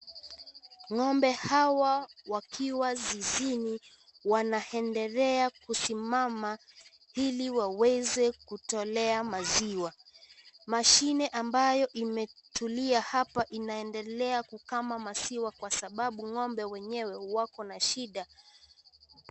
Ng'ombe hawa wakiwa zizini wanaendelea kusimamama ili waweze kutolea maziwa. Mashine ambayo imetulia hapa inaendelea kukama maziwa kwa sababu ng'ombe wenyewe wako na shida.